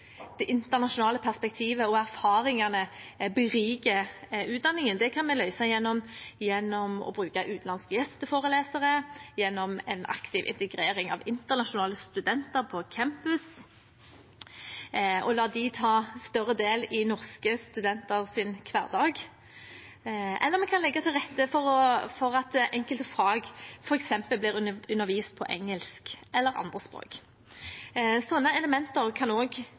internasjonale perspektivene og erfaringene beriker utdanningen. Det kan vi løse gjennom å bruke utenlandske gjesteforelesere, gjennom en aktiv integrering av internasjonale studenter på campus og gjennom å la dem ta større del i norske studenters hverdag, eller vi kan legge til rette for at enkelte fag f.eks. blir undervist i på engelsk eller på andre språk. Slike elementer kan